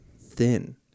thin